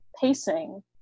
pacing